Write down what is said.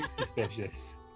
suspicious